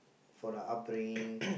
for the upbringing